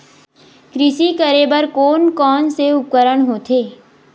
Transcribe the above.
कृषि करेबर कोन कौन से उपकरण होथे?